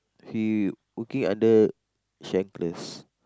he working under Schenker's